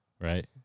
Right